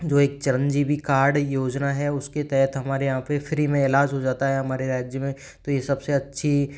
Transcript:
जो एक चरंजीवी कार्ड योजना है उसके तहत हमारे यहाँ पे फ्री में इलाज हो जाता है हमारे राज्य में तो ये सबसे अच्छी